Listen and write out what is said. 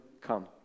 come